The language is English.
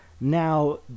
Now